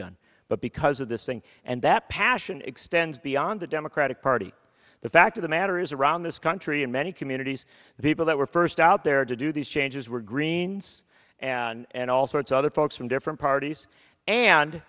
done but because of this thing and that passion extends beyond the democratic party the fact of the matter is around this country in many communities the people that were first out there to do these changes were greens and also it's other folks from different parties and